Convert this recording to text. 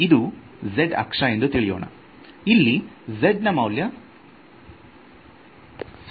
ಇದು z ಅಕ್ಷ ಎಂದು ತಿಳಿಯೋಣ ಇಲ್ಲಿ z ನ ಮೌಲ್ಯ 0